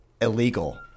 illegal